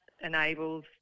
enables